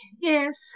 Yes